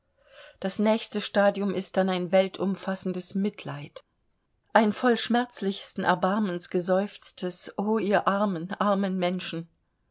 das nächste stadium ist dann ein weltumfassendes mitleid ein voll schmerzlichsten erbarmens geseufztes o ihr armen armen menschen